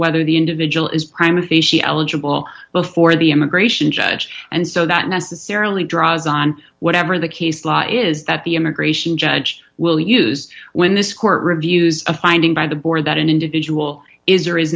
whether the individual is prime if they she eligible before the immigration judge and so that necessarily draws on whatever the case law is that the immigration judge will use when this court reviews a finding by the board that an individual is